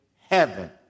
heaven